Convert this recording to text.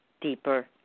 deeper